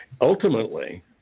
ultimately